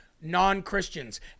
Non-Christians